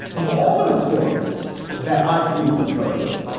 of all the reforms that i've seen proposed,